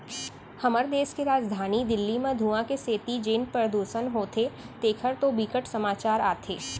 हमर देस के राजधानी दिल्ली म धुंआ के सेती जेन परदूसन होथे तेखर तो बिकट समाचार आथे